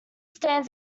stands